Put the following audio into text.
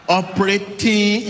operating